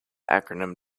acronym